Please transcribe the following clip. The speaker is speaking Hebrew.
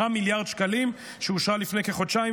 מיליארד שקלים שאושרה לפני כחודשיים,